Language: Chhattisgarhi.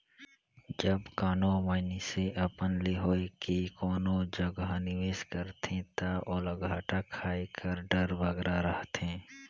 जब कानो मइनसे अपन ले होए के कोनो जगहा निवेस करथे ता ओला घाटा खाए कर डर बगरा रहथे